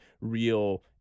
real